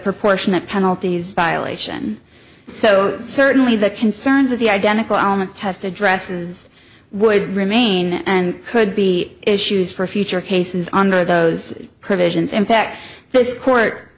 proportionate penalties violation so certainly the concerns of the identical elements test addresses would remain and could be issues for future cases under those provisions in fact this court